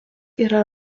yra